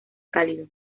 cálidos